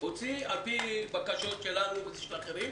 על פי בקשות שלנו ושל אחרים,